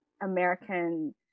american